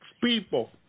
people